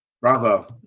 Bravo